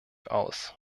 aus